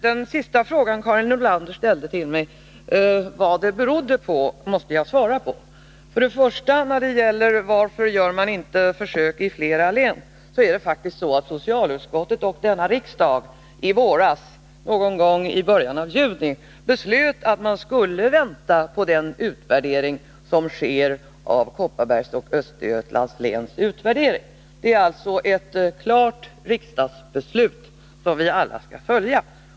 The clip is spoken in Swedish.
Den fråga som Karin Nordlander ställde sist, om vad det beror på att verksamheten fördröjs, måste jag svara på. När det gäller detta att det inte görs försök i flera län, är det ju så att socialutskottet och riksdagen i våras, någon gång i början av juni, beslöt att man skulle vänta på utvärderingen av de undersökningar som sker i Kopparbergs och Östergötlands län. Det är alltså ett klart riksdagsbeslut, som vi alla skall följa.